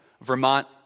Vermont